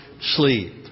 sleep